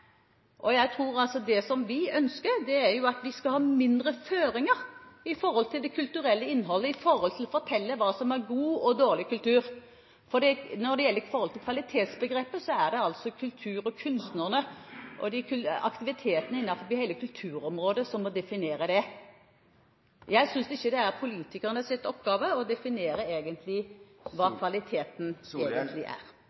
Det som vi ønsker, er at vi skal ha mindre føringer når det gjelder det kulturelle innholdet med tanke på å fortelle hva som er god og dårlig kultur. Når det gjelder kvalitetsbegrepet, er det kultur og kunstnere og aktivitetene innenfor hele kulturområdet som må definere det. Jeg synes ikke det er politikernes oppgave å definere hva kvalitet egentlig er.